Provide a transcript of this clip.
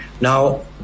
Now